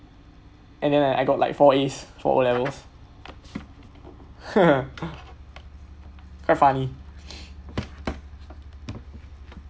and then l got like four A's for O levels quite funny